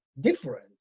different